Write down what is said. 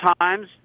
times